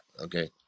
Okay